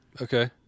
Okay